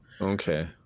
Okay